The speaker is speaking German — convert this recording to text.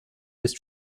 ist